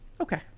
okay